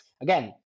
again